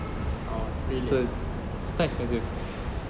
oh really ah